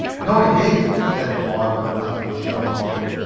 no indeed, said the boy, when the letter was shown to him.